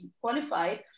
qualified